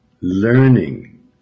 learning